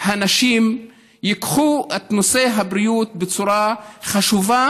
הנשים ייקחו את נושא הבריאות בצורה חשובה